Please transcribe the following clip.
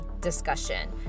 discussion